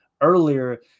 earlier